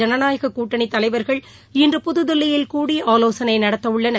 ஜனநாயகக் கூட்டணி தலைவர்கள் இன்று புதுதில்லியில் கூடி ஆலோசனை நடத்தவுள்ளனர்